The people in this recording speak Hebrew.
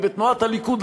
ובתנועת הליכוד,